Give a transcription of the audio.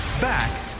Back